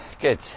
good